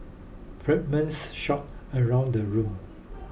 fragments shot around the room